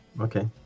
Okay